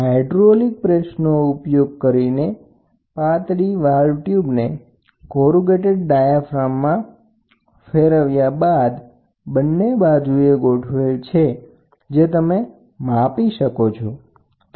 hydraulic પ્રેસનો ઉપયોગ કરીને પાતળી વાલ્વ ટ્યુબને કોરુગેટેડ ડાયાફ્રામમાં ફેરવ્યા બાદ બંને બાજુએ ગોઠવેલ છે જે તમે શોધીને માપી શકો છો